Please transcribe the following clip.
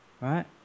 right